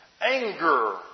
Anger